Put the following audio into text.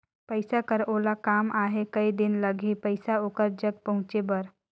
पइसा कर ओला काम आहे कये दिन लगही पइसा ओकर जग पहुंचे बर?